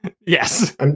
yes